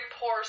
poor